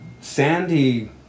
Sandy